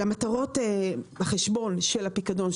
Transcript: למטרות החשבון של הפיקדון,